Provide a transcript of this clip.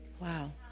Wow